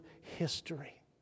history